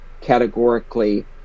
categorically